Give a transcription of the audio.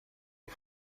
des